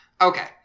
Okay